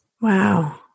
Wow